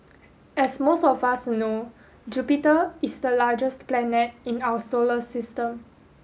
as most of us know Jupiter is the largest planet in our solar system